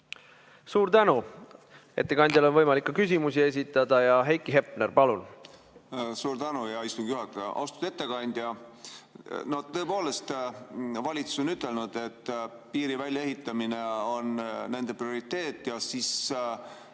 Suur tänu! Ettekandjale on võimalik ka küsimusi esitada. Heiki Hepner, palun! Suur tänu, hea istungi juhataja! Austatud ettekandja! Tõepoolest, valitsus on ütelnud, et piiri väljaehitamine on nende prioriteet, ja sinna